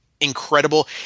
incredible